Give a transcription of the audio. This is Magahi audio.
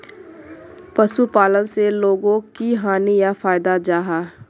पशुपालन से लोगोक की हानि या फायदा जाहा?